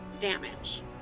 damage